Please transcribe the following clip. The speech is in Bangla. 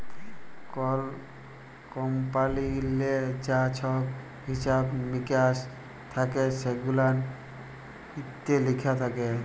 কল কমপালিললে যা ছহব হিছাব মিকাস থ্যাকে সেগুলান ইত্যে লিখা থ্যাকে